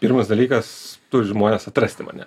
pirmas dalykas turi žmonės atrasti mane